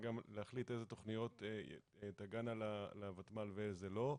להחליט איזה תכניות תגענה לותמ"ל ואיזה לא.